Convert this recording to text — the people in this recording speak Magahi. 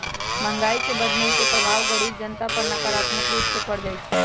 महंगाई के बढ़ने के प्रभाव गरीब जनता पर नकारात्मक रूप से पर जाइ छइ